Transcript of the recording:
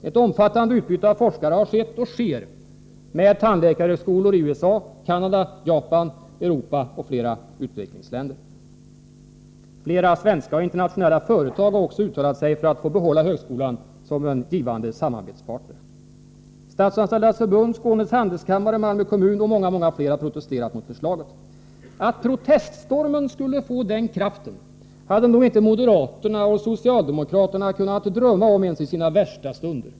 Ett omfattande utbyte av forskare har skett, och sker, med tandläkarhögskolor i USA, Canada, Japan, Europa och flera utvecklingsländer. Flera svenska och internationella företag har också uttalat sig för att få behålla högskolan som en givande samarbetspartner. Statsanställdas förbund, Skånes handelskammare, Malmö kommun och många fler har protesterat mot förslaget. Att proteststormen skulle få den kraften hade nog inte moderaterna och socialdemokraterna kunnat drömma om ens i sina värsta stunder.